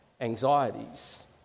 anxieties